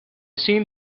seen